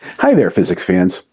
hi there physics fans!